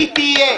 היא תהיה.